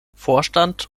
vorstand